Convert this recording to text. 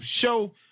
Show